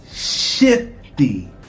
shifty